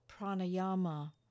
pranayama